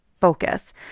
focus